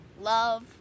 love